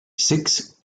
six